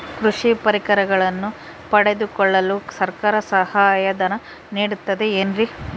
ಕೃಷಿ ಪರಿಕರಗಳನ್ನು ಪಡೆದುಕೊಳ್ಳಲು ಸರ್ಕಾರ ಸಹಾಯಧನ ನೇಡುತ್ತದೆ ಏನ್ರಿ?